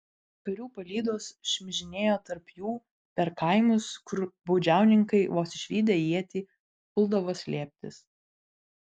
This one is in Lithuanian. karių palydos šmižinėjo tarp jų per kaimus kur baudžiauninkai vos išvydę ietį puldavo slėptis